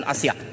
Asia